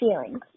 feelings